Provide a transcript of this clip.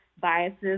biases